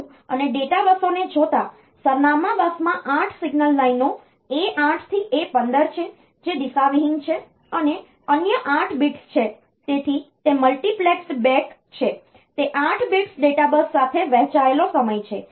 સરનામું અને ડેટા બસોને જોતાં સરનામાં બસમાં 8 સિગ્નલ લાઈનો A8 થી A15 છે જે દિશાવિહીન છે અને અન્ય 8 bits છે તેથી તે મલ્ટિપ્લેક્સ્ડ બેક છે તે આઠ bits ડેટા બસ સાથે વહેંચાયેલો સમય છે